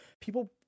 people